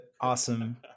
awesome